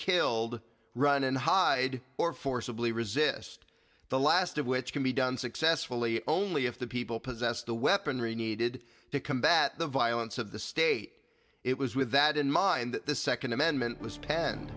killed run and hide or forcibly resist the last of which can be done successfully only if the people possess the weaponry needed to combat the violence of the state it was with that in mind the second amendment was penn